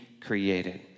created